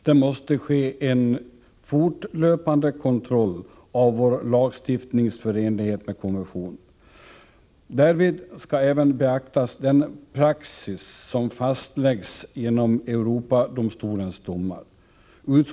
Det måste ske en fortlöpande kontroll av vår lagstiftnings förenlighet med konventioner. Därvid skall även den praxis som fastläggs genom Europadomstolens domar beaktas.